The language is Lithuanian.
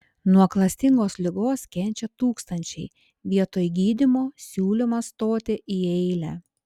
nuo klastingos ligos kenčia tūkstančiai vietoj gydymo siūlymas stoti į eilę